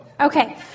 Okay